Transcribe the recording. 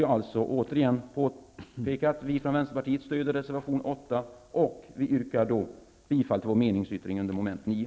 Jag vill återigen påpeka att vi från Vänsterpartiet stöder reservation 8 och att vi yrkar bifall till vår meningsyttring under mom. 9.